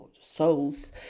souls